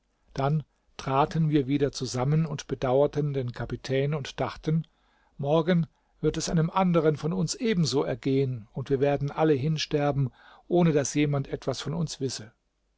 dann traten wir wieder zusammen und bedauerten den kapitän und dachten morgen wird es einem anderen von uns ebenso ergehen und wir werden alle hinsterben ohne daß jemand etwas von uns wisse